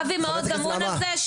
אבי מעוז אמון על זה?